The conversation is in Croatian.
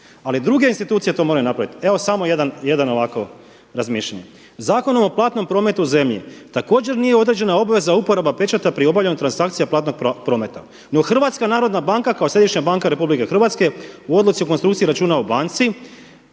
Ali druge institucije to moraju napraviti. Evo samo jedan ovako razmišljanje. Zakonom o platnom prometu u zemlji također nije određena obveza uporaba pečata pri obavljanju transakcija platnog prometa. No Hrvatska narodna banka kao središnja banka RH u odluci u konstrukciji računa u banci